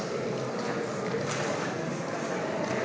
Hvala